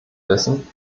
wissen